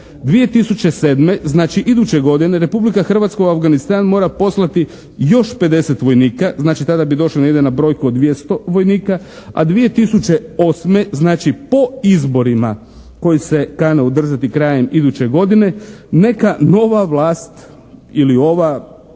2007. znači iduće godine Republika Hrvatska u Afganistan mora poslati još 50 vojnika, znači tada bi došli negdje na brojku od 200 vojnika, a 2008. znači po izborima koji se kane održati krajem iduće godine, neka nova vlast ili ova